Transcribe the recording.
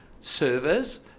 servers